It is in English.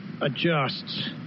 Adjusts